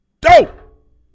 Dope